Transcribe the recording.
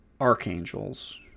archangels